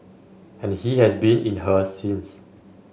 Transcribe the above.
and he has been in her since